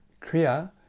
Kriya